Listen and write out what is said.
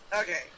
Okay